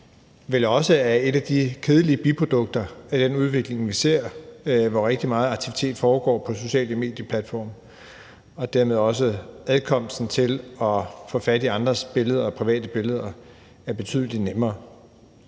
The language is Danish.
vel også er et af de kedelige biprodukter ved den udvikling, vi ser, hvor rigtig meget aktivitet foregår på sociale medieplatforme, og dermed er adkomsten til at få fat i andres private billeder også betydelig nemmere.